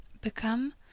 become